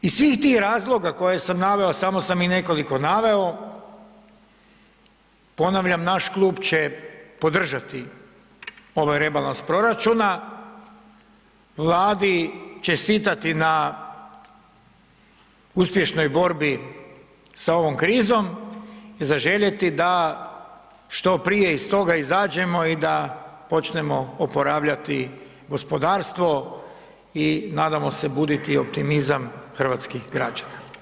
Iz svih tih razloga koje sam naveo, samo sam ih nekoliko naveo, ponavljam, naš klub će podržati ovaj rebalans proračuna, Vladi čestitati na uspješnoj borbi sa ovom krizom i zaželjeti da što prije iz toga izađemo i da počnemo oporavljati gospodarstvo i nadamo se buditi optimizam hrvatskih građana.